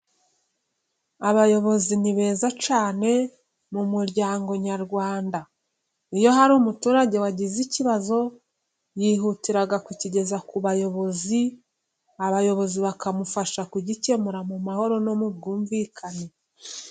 Abayobozi ni beza cyane mu muryango nyarwanda ,iyo hari umuturage wagize ikibazo yihutira kukigeza ku bayobozi , abayobozi bakamufasha kugikemura mu mahoro no mu bwumvikane.